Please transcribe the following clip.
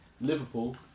Liverpool